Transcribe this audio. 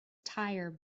tire